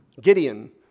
Gideon